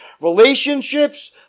relationships